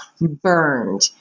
burned